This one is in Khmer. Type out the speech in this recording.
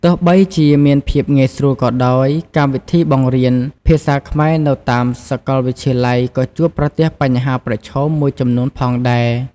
ទោះបីជាមានភាពងាយស្រួលក៏ដោយ កម្មវិធីបង្រៀនភាសាខ្មែរនៅតាមសាកលវិទ្យាល័យក៏ជួបប្រទះបញ្ហាប្រឈមមួយចំនួនផងដែរ។